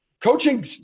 Coaching